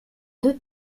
deux